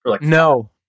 No